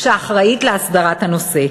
שאחראית להסדרת הנושא.